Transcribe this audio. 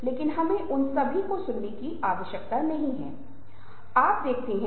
अब इस शैली का वास्तव में क्या मतलब है शैलियों का अर्थ है जिस तरह से हम संवाद करते हैं